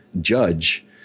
judge